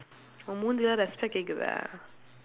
உன் மூஞ்சுக்கு எல்லாம்:un muunjsukku ellaam respect கேட்குதா:keetkuthaa